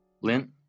Lint